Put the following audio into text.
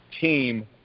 team